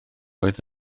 oedd